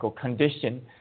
condition